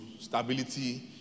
stability